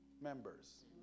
members